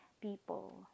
people